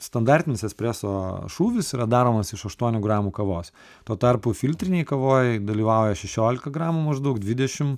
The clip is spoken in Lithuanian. standartinis espreso šūvis yra daromas iš aštuonių gramų kavos tuo tarpu filtrinėj kavoj dalyvauja šešiolika gramų maždaug dvidešimt